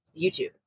YouTube